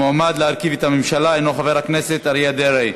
המועמד להרכיב את הממשלה הוא חבר הכנסת אריה דרעי.